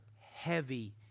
heavy